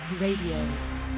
Radio